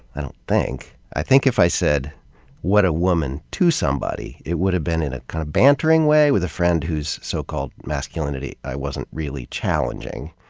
i don't think. i think if i said what a woman to somebody, it would have been in a kind of bantering way, with a friend whose so called masculinity i wasn't really challenging.